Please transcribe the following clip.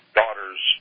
daughters